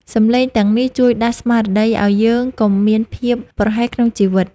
សំឡេងទាំងនេះជួយដាស់ស្មារតីឱ្យយើងកុំមានភាពប្រហែសក្នុងជីវិត។